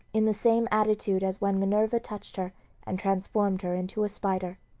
in the same attitude as when minerva touched her and transformed her into a spider.